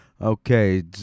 Okay